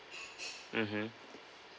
mmhmm